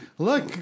Look